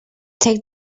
take